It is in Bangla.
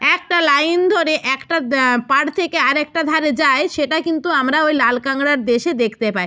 একটা লাইন ধরে একটা দা পাড় থেকে আরেকটা ধারে যায় সেটা কিন্তু আমরা ওই লাল কাঁকড়ার দেশে দেখতে পায়